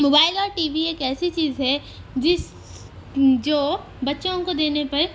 mobile اور TV ایک ایسی چیز ہے جس جو بچّوں کو دینے پر